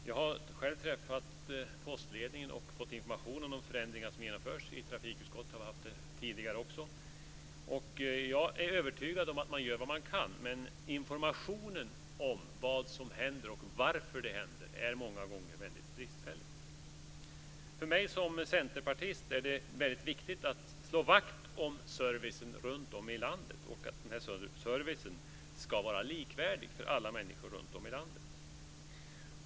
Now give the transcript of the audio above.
Jag har själv träffat postledningen och fått information om de förändringar som genomförs. I trafikutskottet har vi också fått information. Jag är övertygad om att man gör vad man kan, men informationen om vad som händer och om varför det händer är många gånger bristfällig. För mig som centerpartist är det väldigt viktigt att slå vakt om servicen runtom i landet. Dessutom ska den här servicen vara likvärdig för alla människor överallt i landet.